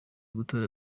gutora